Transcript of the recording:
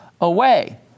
away